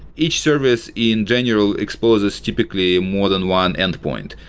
each service in general exposes typically more than one endpoint.